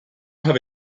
have